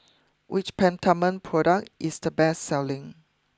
which Peptamen product is the best selling